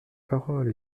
parole